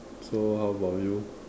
so how about you